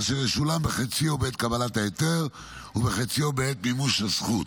אשר ישולם בחציו בעת קבלת ההיתר ובחציו בעת מימוש הזכות.